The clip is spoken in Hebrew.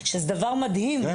שזה דבר מדהים.